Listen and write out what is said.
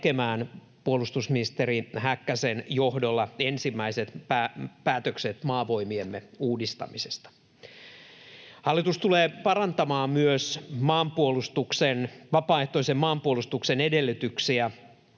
puolustusministeri Häkkäsen johdolla ensimmäiset päätökset Maavoimiemme uudistamisesta. Hallitus tulee parantamaan myös vapaaehtoisen maanpuolustuksen edellytyksiä.